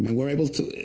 we're able to,